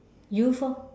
youth orh